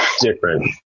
different